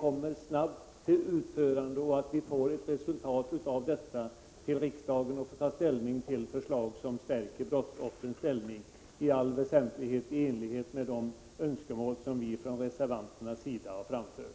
kansli snabbt omsätts i handling, så att riksdagen får ta ställning till förslag som stärker brottsoffrens situation, väsentligen i enlighet med de önskemål som vi reservanter har framfört.